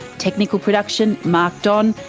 technical production mark don,